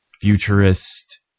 futurist